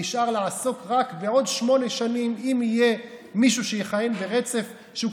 נשאר לעסוק רק אם יהיה מישהו שיכהן ברצף שמונה שנים,